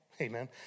Amen